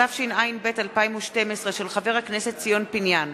התשע"ב 2012, של חבר הכנסת ציון פיניאן,